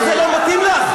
אז זה לא מתאים לך?